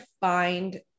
find